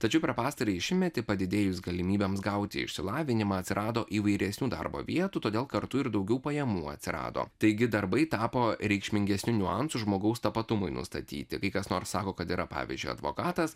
tačiau per pastarąjį šimtmetį padidėjus galimybėms gauti išsilavinimą atsirado įvairesnių darbo vietų todėl kartu ir daugiau pajamų atsirado taigi darbai tapo reikšmingesniu niuansu žmogaus tapatumui nustatyti kai kas nors sako kad yra pavyzdžiui advokatas